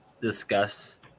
discuss